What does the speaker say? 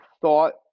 thought